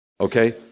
okay